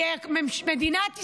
כי מדינת ישראל,